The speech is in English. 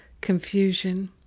confusion